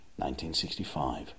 1965